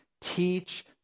teach